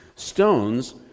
Stones